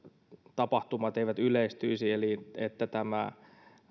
tapahtumat eivät yleistyisi eli että tämä